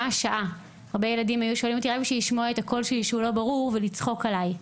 השעה רק בשביל לשמוע את הקול הלא ברור שלי ולצחוק עליי.